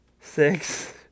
six